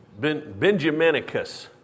Benjaminicus